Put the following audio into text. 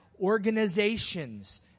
organizations